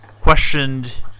questioned